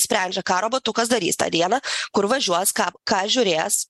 sprendžia ką robotukas darys tą dieną kur važiuos ką ką žiūrės